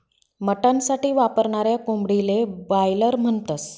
mutton साठी वापरनाऱ्या कोंबडीले बायलर म्हणतस